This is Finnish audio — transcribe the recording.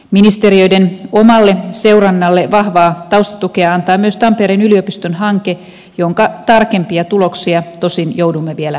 ministeriöiden omalle seurannalle vahvaa taustatukea antaa myös tampereen yliopiston hanke jonka tarkempia tuloksia tosin joudumme vielä odottamaan